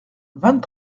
vingt